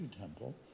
temple